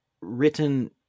written